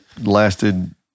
lasted